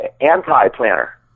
anti-planner